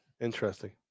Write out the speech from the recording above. Interesting